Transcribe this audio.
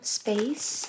space